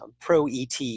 Pro-ET